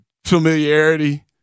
familiarity